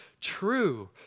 true